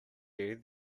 you